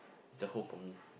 is a home for me